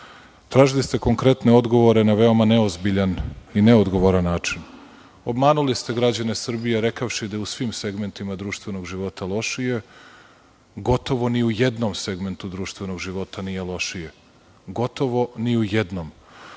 ste konkretne odgovore na veoma neozbiljan i neodgovoran način. Obmanuli ste građane Srbije rekavši da je u svim segmentima društvenog života lošije. Gotovo ni u jednom segmentu društvenog života nije lošije, gotovo ni u jednom.